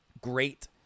great